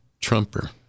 Trumper